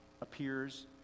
appears